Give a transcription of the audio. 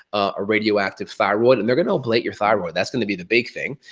a radioactive thyroid, and they're gonna ablate your thyroid, that's gonna be the big thing.